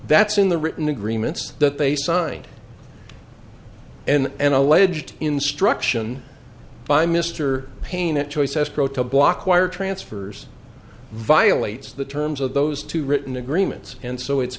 that's in the written agreements that they signed and an alleged instruction by mr paine that choice escrow to block wire transfers violates the terms of those two written agreements and so it's